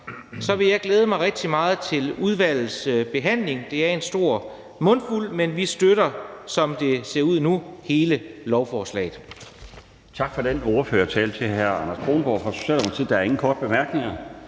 vil jeg glæde mig rigtig meget til udvalgets behandling. Det er en stor mundfuld, men vi støtter, som det ser ud nu, hele lovforslaget.